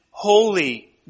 Holy